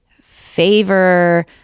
favor